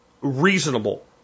reasonable